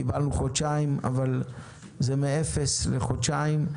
קיבלנו חודשיים אבל זה מאפס לחודשיים,